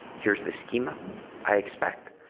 here's the schema i expect,